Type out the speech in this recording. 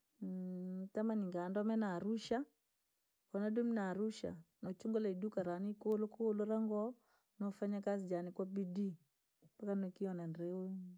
nootamani ngaadome na arusha, koonadomire na arusha noochungula iduka raane ikuulukuulu rangoo, nkunoo fanya kazi jaane kwabidii mpaka naendelea.